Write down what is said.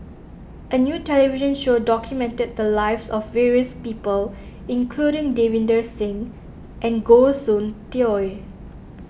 a new television show documented the lives of various people including Davinder Singh and Goh Soon Tioe